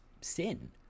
sin